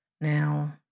Now